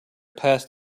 passed